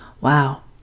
Wow